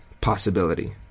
possibility